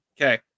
Okay